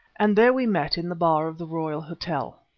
and there we met in the bar of the royal hotel.